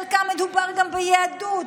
בחלקם מדובר גם ביהדות,